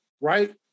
right